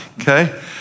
okay